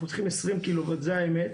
אנחנו צריכים 20 קילו וואט זה האמת.